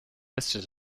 listed